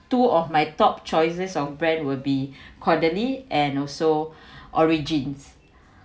two of my top choices of brand will be quarterly and also origins